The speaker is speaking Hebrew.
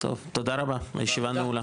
תודה רבה, הישיבה נעולה.